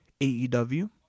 AEW